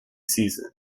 season